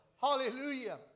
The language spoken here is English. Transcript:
Hallelujah